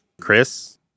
Chris